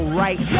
right